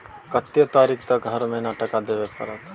कत्ते तारीख तक हर महीना टका देबै के परतै?